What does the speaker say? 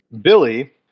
Billy